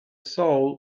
soul